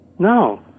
no